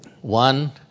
one